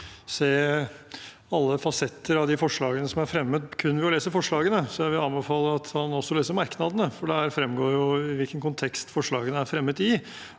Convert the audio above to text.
se alle fasetter av forslagene som er fremmet, kun ved å lese forslagene, så jeg vil anbefale at han også leser merknadene. Der fremgår det hvilken kontekst forslagene er fremmet i,